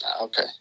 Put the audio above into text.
Okay